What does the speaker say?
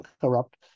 corrupt